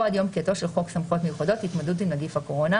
או עד יום פקיעתו של חוק סמכויות מיוחדות להתמודדות עם נגיף הקורונה,